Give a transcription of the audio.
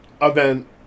event